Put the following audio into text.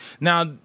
Now